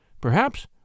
Perhaps